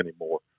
anymore